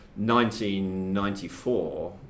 1994